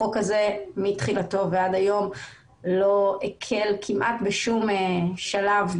החוק הזה מתחילתו ועד היום לא הקל כמעט בשום שלב,